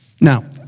Now